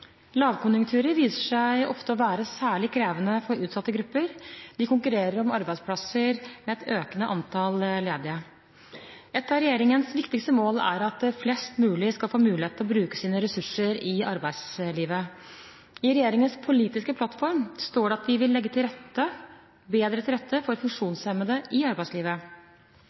Lavkonjunkturer viser seg ofte å være særlig krevende for utsatte grupper. De konkurrerer om arbeidsplasser med et økende antall ledige. Et av regjeringens viktigste mål er at flest mulig skal få mulighet til å bruke sine ressurser i arbeidslivet. I regjeringens politiske plattform står det at vi vil legge bedre til rette for funksjonshemmede i arbeidslivet.